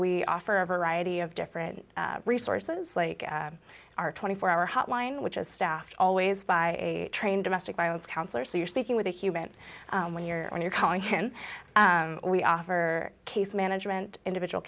we offer a variety of different resources like our twenty four hour hotline which is staffed always by a trained domestic violence counselor so you're speaking with a human when you're when you're calling when we offer case management individual